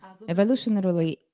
evolutionarily